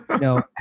no